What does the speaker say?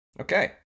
Okay